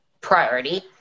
priority